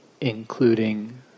including